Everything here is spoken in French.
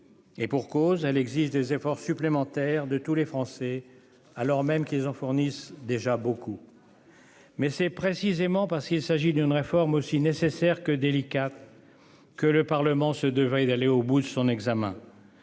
Et pour cause, elle exige des efforts supplémentaires de tous les Français, alors même qu'ils en fournissent déjà beaucoup. Mais c'est précisément parce qu'il s'agit d'une réforme aussi nécessaire que délicate. Que le Parlement se devait d'aller au bout de son examen.